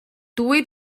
dwy